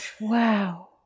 wow